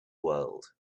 world